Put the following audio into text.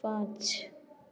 पाँच